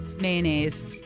mayonnaise